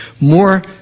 more